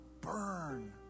burn